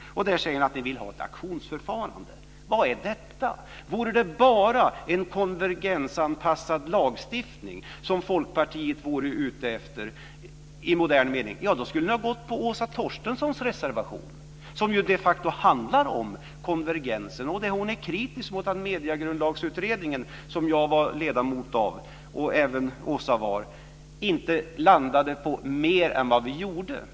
Sedan framhåller man att man vill ha ett auktionsförfarande. Vad är detta? Vore det bara en konvergensanpassad lagstiftning som Folkpartiet som är ute efter i modern mening, skulle ni ha ställt er bakom Åsa Torstenssons reservation, som ju de facto handlar om konvergensen. Hon är kritisk mot att Mediegrundlagsutredningen, som jag och även Åsa var ledamöter av, inte kom fram till mer än vad den gjorde.